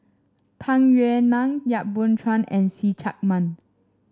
Tung Yue Nang Yap Boon Chuan and See Chak Mun